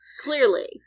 Clearly